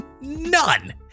None